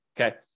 okay